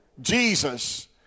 Jesus